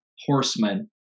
horsemen